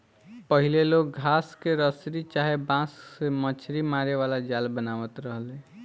पहिले लोग घास के रसरी चाहे बांस से मछरी मारे वाला जाल बनावत रहले